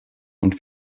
und